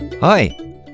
Hi